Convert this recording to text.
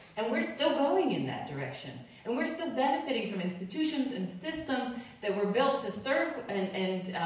and we're still going in that direction. and we're still benefiting from institutions and systems that were built to serve and and